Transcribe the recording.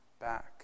back